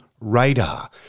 RADAR